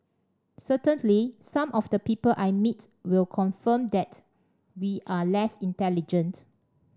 certainly some of the people I meet will confirm that we are less intelligent